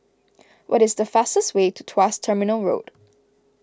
what is the fastest way to Tuas Terminal Road